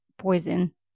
poison